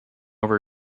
were